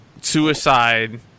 suicide